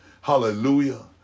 hallelujah